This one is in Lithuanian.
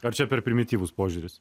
ar čia per primityvus požiūris